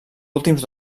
últims